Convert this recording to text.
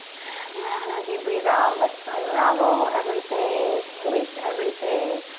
and then as you breathe out, let's unravel everything. release everything,